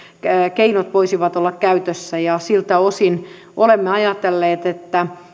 keinot voisivat olla käytössä ja siltä osin olemme ajatelleet että